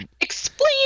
explain